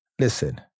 Listen